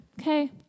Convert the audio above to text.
Okay